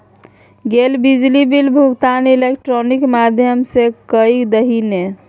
गै बिजली बिलक भुगतान इलेक्ट्रॉनिक माध्यम सँ कए दही ने